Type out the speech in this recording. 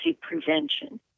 prevention